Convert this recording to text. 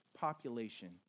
population